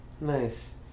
Nice